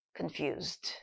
confused